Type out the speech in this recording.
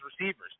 receivers